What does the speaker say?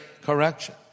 correction